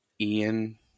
Ian